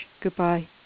Goodbye